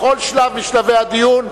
בכל שלב משלבי הדיון,